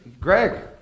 Greg